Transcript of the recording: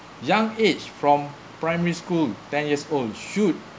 young age from primary school ten years old should